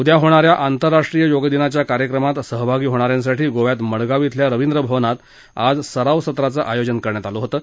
उद्या होणा या आंतरराष्ट्रीय योग दिनाच्या कार्यक्रमात सहभागी होणा यांसाठी गोव्यात मडगाव खेल्या रविंद्र भवनात आज सराव सत्राचं आयोजन करण्यात आलं होतं